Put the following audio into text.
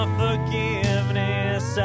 forgiveness